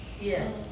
Yes